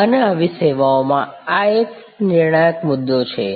અને આવી સેવાઓમાં આ એક નિર્ણાયક મુદ્દો છે